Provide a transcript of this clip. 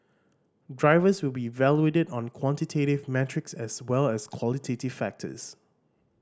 drivers will be evaluated on quantitative metrics as well as qualitative factors